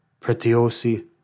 pretiosi